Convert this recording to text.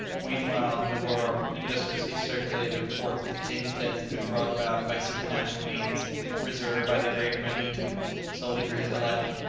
meanwhile negoro industriously circulated the report that the king's death had been brought about by supernatural means reserved by the great manitoo solely for his elect,